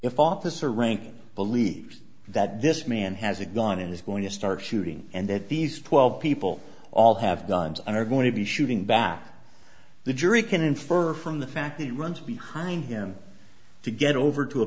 if officer rank believes that this man has it gone and is going to start shooting and that these twelve people all have guns and are going to be shooting back the jury can infer from the fact that runs behind him to get over to a